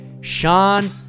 Sean